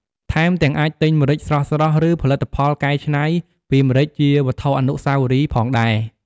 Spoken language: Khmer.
ថែមទាំងអាចទិញម្រេចស្រស់ៗ ឬផលិតផលកែច្នៃពីម្រេចជាវត្ថុអនុស្សាវរីយ៍ផងដែរ។